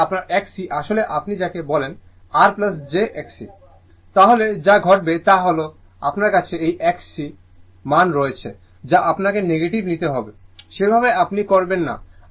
সেই ক্ষেত্রে আপনার Xc আসলে আপনি যাকে বলেন R j Xc লেখেন তাহলে যা ঘটবে তা হল আপনার কাছে এই Xc মান রয়েছে যা আপনাকে নেগেটিভ নিতে হবে সেভাবে আপনি করবেন না